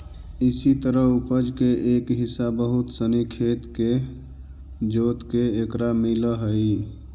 इसी तरह उपज के एक हिस्सा बहुत सनी खेत के जोतके एकरा मिलऽ हइ